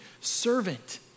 servant